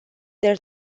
their